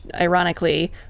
ironically